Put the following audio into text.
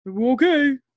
Okay